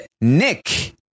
Nick